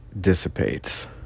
dissipates